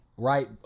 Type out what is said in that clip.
Right